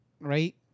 right